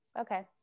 okay